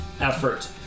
effort